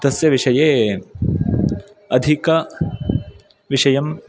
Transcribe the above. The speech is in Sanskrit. तस्य विषये अधिक विषयं